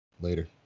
Later